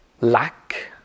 lack